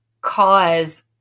cause